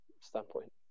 standpoint